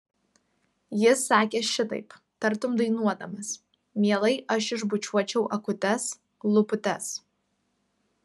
jis sakė šitaip tartum dainuodamas mielai aš išbučiuočiau akutes lūputes